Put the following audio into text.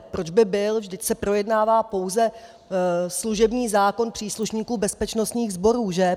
Proč by byl, vždyť se projednává pouze služební zákon příslušníků bezpečnostních sborů, že?